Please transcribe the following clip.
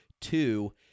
Two